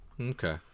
Okay